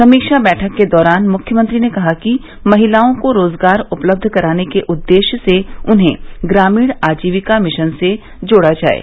समीक्षा बैठक के दौरान मुख्यमंत्री ने कहा कि महिलाओं को रोजगार उपलब्ध कराने के उददेश्य से उन्हें ग्रामीण आजीविका मिशन से जोड़ा जाये